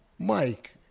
Mike